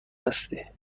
هستی